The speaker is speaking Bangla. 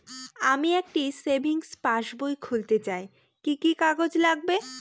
আমি একটি সেভিংস পাসবই খুলতে চাই কি কি কাগজ লাগবে?